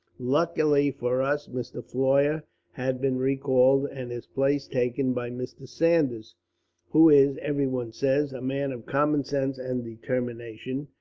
luckily for us mr. floyer had been recalled, and his place taken by mr. saunders who is, everyone says, a man of common sense and determination.